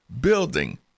building